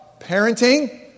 parenting